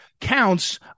counts